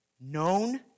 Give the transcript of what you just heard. known